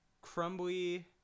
crumbly